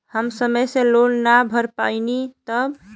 हम समय से लोन ना भर पईनी तब?